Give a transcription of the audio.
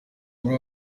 muri